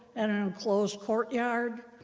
and an enclosed courtyard.